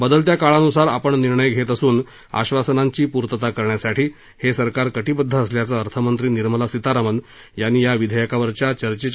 बदलत्या काळान्सार आपण निर्णय घेत असून आश्वासनांची पूर्तता करण्यासाठी हे सरकार कथिबद्ध असल्याचं अर्थमंत्री निर्मला सीतारामन यांनी या विधेयकावरील चर्चेच्यावेळी बोलताना सांगितलं